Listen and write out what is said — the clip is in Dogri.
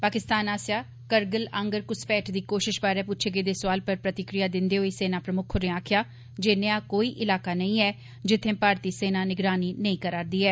पाकिस्तान पास्सेआ कारगिल आंडर घुसपैठ दी कोशिश बारै पुच्छे गेदे सौआल पर प्रतिक्रिया दिंदे होई सेना प्रमुक्ख होरें आक्खेआ जे नेहा कोई इलाका नेई ऐ जित्थे भारतीय सेना निगरानी नेई करा'रदी ऐ